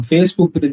Facebook